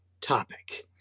topic